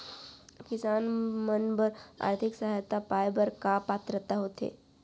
किसान मन बर आर्थिक सहायता पाय बर का पात्रता होथे?